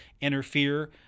interfere